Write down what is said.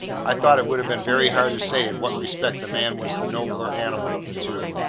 i thought it would have been very hard to say in what respect the man was the nobler animal of the two.